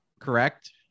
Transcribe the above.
correct